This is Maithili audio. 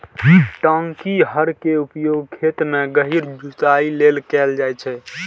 टांकी हर के उपयोग खेत मे गहींर जुताइ लेल कैल जाइ छै